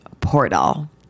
portal